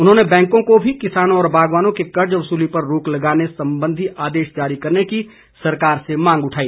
उन्होंने बैंकों को भी किसानों व बागवानों के कर्ज वसूली पर रोक लगाने संबंधी आदेश जारी करने की सरकार से मांग उठाई